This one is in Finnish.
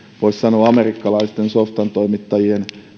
voisi sanoa amerikkalaisten softantoimittajien